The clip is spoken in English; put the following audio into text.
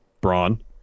braun